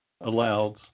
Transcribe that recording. allows